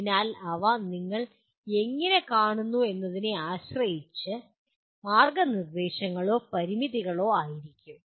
അതിനാൽ അവ നിങ്ങൾ എങ്ങനെ കാണുന്നു എന്നതിനെ ആശ്രയിച്ച് മാർഗ്ഗനിർദ്ദേശങ്ങളോ പരിമിതികളോ ആയി രിക്കും